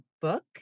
book